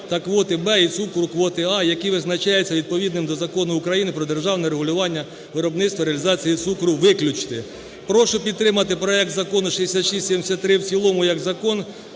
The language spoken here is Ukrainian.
та квоти "В" і цукру квоти "А", які визначаються відповідним до Закону України "Про державне регулювання виробництва і реалізації цукру" виключити. Прошу підтримати проект Закону 6673 в цілому як закон